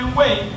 wait